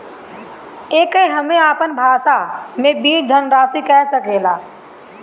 एके हम आपन भाषा मे बीज धनराशि कह सकीला